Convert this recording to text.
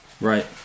Right